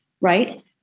right